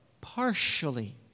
partially